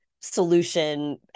solution